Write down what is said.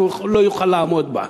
כי הוא לא יוכל לעמוד בה.